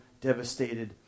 devastated